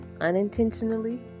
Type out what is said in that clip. unintentionally